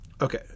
Okay